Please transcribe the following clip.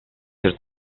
ser